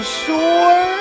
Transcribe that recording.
sure